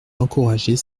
d’encourager